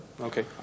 Okay